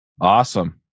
Awesome